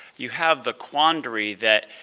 you have the quandary that,